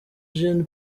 gen